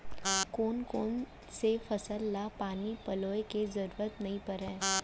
कोन कोन से फसल ला पानी पलोय के जरूरत नई परय?